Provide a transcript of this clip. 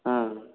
ହଁ